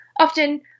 often